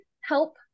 help